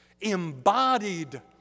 embodied